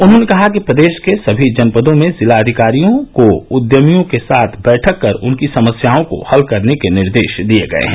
उन्होंने कहा कि प्रदेश के सभी जनपदों में जिलाधिकारियों को उद्यमियों के साथ बैठक कर उनकी समस्याओं को हल करने के निर्देश दिये गये हैं